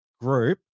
group